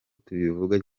tubivuga